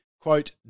quote